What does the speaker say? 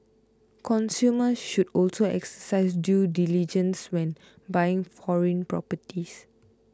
consumers should also exercise due diligence when buying foreign properties